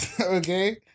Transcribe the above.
okay